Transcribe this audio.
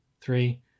three